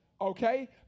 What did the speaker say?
okay